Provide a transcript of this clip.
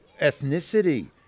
ethnicity